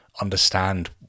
understand